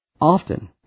often